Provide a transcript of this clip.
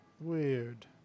weird